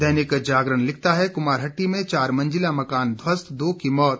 दैनिक जागरण लिखता है कुमारहट्टी में चार मंजिला मकान ध्वस्त दो की मौत